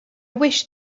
wish